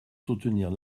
soutenir